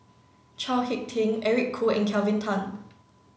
Chao Hick Tin Eric Khoo and Kelvin Tan